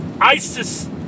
ISIS